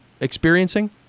experiencing